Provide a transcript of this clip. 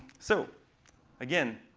so again,